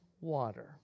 water